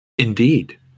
Indeed